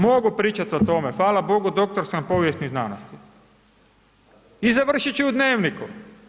Mogu pričati o tome, hvala Bogu, doktor sam povijesnih znanosti i završiti ću u Dnevniku.